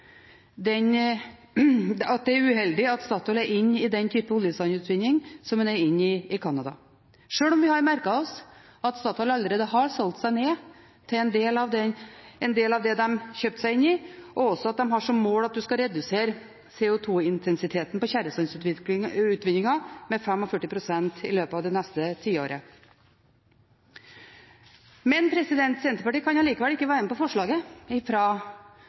den typen oljesandutvinning som de er inne i Canada, sjøl om vi har merket oss at Statoil allerede har solgt seg ned til en del av det de kjøpte seg inn i, og også at de har som mål at de skal redusere CO2-intensiteten på tjæresandutvinningen med 45 pst. i løpet av det neste tiåret. Men Senterpartiet kan allikevel ikke være med på forslaget